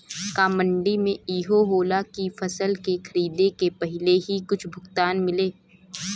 का मंडी में इहो होला की फसल के खरीदे के पहिले ही कुछ भुगतान मिले?